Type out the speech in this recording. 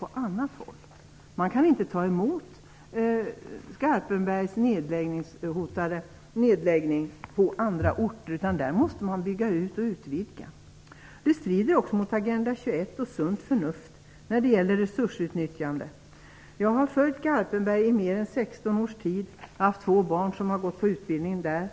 På andra orter kan man inte ta emot och täcka det här behovet om Garpenberg läggs ner. Man måste bygga ut och utvidga verksamheten. Det här strider också mot Agenda 21 och sunt förnuft när det gäller resursutnyttjandet. Jag har följt Garpenberg i mer än 16 års tid. Jag har två barn som ha gått på utbildning där.